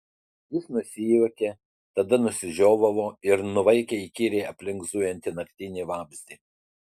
jis nusijuokė tada nusižiovavo ir nuvaikė įkyriai aplink zujantį naktinį vabzdį